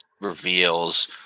reveals